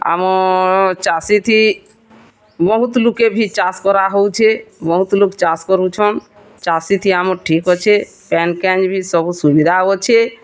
ଆମ ଚାଷୀ ଥି ବହୁତ୍ ଲୁକେ ଭି ଚାଷ୍ କରାହେଉଛେ ବହୁତ୍ ଲୋକ୍ ଚାଷ୍ କରୁଛନ୍ ଚାଷୀ ଥି ଆମେ ଠିକ୍ ଅଛେ ପାଏନ୍ କାଏନ୍ ବି ସବୁ ସୁବିଧା ଅଛେ